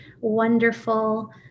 wonderful